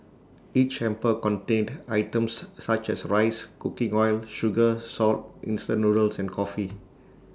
each hamper contained items such as rice cooking oil sugar salt instant noodles and coffee